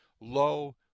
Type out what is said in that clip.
low